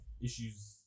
issues